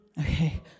Okay